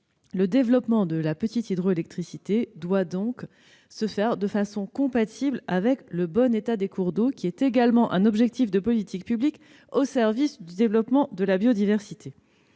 Le développement de la petite hydroélectricité doit donc se faire de façon compatible avec le bon état des cours d'eau, qui est également un objectif de politique publique, au service du développement de la biodiversité.